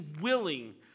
willing